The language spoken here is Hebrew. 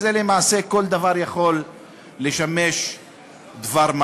ולמעשה כל דבר יכול לשמש דבר-מה,